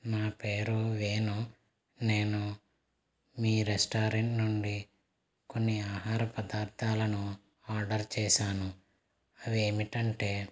నా పేరు వేణు నేను మీ రెస్టారెంట్ నుండి కొన్ని ఆహార పదార్థాలు పదార్థాలను ఆర్డర్ చేశాను అవి ఏమిటంటే